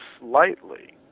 slightly